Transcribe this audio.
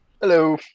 hello